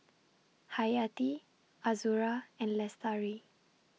Hayati Azura and Lestari